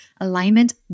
alignment